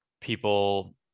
people